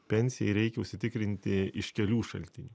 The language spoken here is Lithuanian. pensijai reikia užsitikrinti iš kelių šaltinių